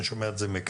אני שומע את זה מכם.